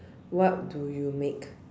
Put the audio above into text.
what do you make